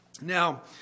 Now